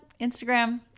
Instagram